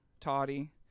Toddy